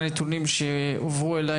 מהנתונים שהובאו אליי,